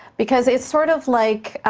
because it's sort of like